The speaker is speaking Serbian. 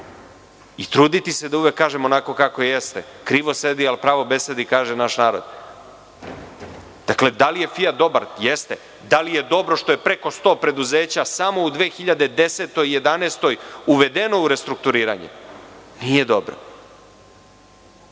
i truditi se da uvek kažem onako kako jeste. „Krivo sedi, al pravo besedi“, kaže naš narod. Dakle, da li je „Fijat“ dobar? Jeste. Da li je dobro što je preko 100 preduzeća samo u 2010. i 2011. godini uvedeno u restrukturiranje? To nije dobro.